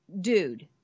dude